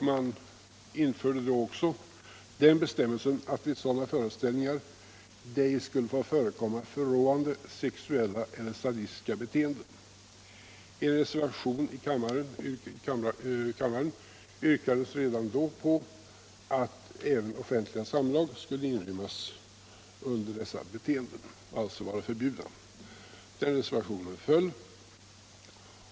Man införde då också den bestämmelsen att det vid sådana föreställningar cj skulle få förekomma förråande sexuella eller sadistiska betcenden. I en reservation till utskottsbetänkandet yrkades redan då att även offentliga samlag skulte inrymmas under dessa förbud och alhså vara förbjudna. Den reservationen föll.